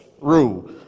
rule